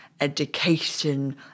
education